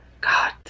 God